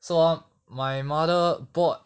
so ah my mother bought